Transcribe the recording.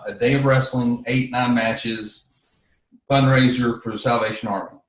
they wrestling eight nine matches fundraiser for the salvation army.